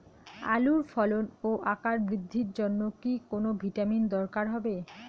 আলুর ফলন ও আকার বৃদ্ধির জন্য কি কোনো ভিটামিন দরকার হবে?